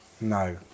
No